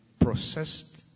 processed